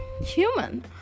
human